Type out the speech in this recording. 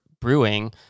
brewing